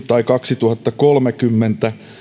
tai kaksituhattakolmekymmentä